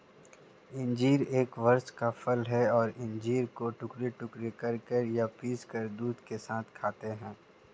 अंजीर एक वृक्ष का फल है और अंजीर को टुकड़े टुकड़े करके या पीसकर दूध के साथ खाते हैं